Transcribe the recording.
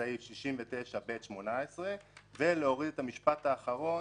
בסעיף 69ב18, ולהוריד את המשפט האחרון